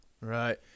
right